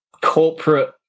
corporate